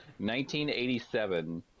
1987